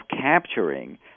capturing